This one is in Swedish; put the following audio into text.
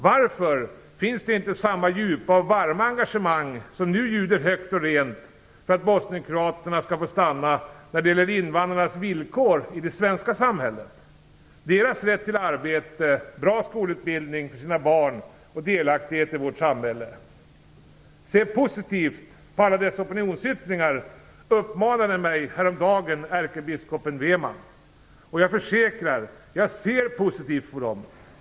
Varför finns inte samma djupa och varma engagemang, som nu ljuder högt och rent för att bosnienkroaterna skall få stanna, när det gäller invandrarnas villkor i det svenska samhället, deras rätt till arbete, bra skolutbildning för sina barn och delaktighet i vårt samhälle? Se positivt på alla dessa opinionsyttringar, uppmanade mig häromdagen ärkebiskopen Weman. Jag försäkrar er att jag ser positivt på dem.